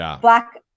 Black